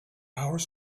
hours